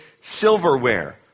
silverware